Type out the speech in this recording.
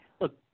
look